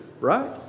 right